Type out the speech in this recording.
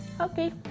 okay